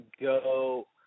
go